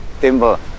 timber